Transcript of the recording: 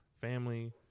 family